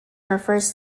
refers